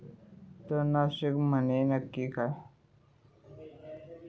तणनाशक म्हंजे नक्की काय असता?